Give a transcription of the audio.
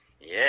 Yes